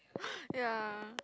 ya